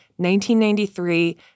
1993